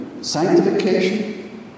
sanctification